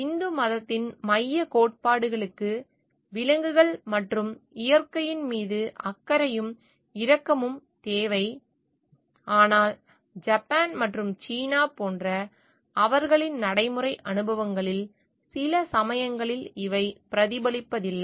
இந்து மதத்தின் மையக் கோட்பாடுகளுக்கு விலங்குகள் மற்றும் இயற்கையின் மீது அக்கறையும் இரக்கமும் தேவை ஆனால் ஜப்பான் மற்றும் சீனா போன்ற அவர்களின் நடைமுறை அனுபவங்களில் சில சமயங்களில் இவை பிரதிபலிப்பதில்லை